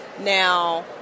Now